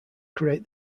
create